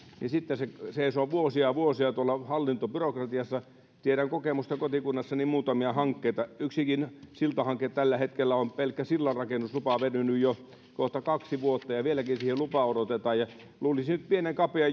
mutta sitten se seisoo vuosia vuosia tuolla hallintobyrokratiassa tiedän kokemuksesta kun kotikunnassani on muutamia hankkeita yhdessäkin siltahankkeessa tällä hetkellä on pelkkä sillanrakennuslupa venynyt jo kohta kaksi vuotta ja vieläkin siihen lupaa odotetaan luulisi nyt että pienen kapean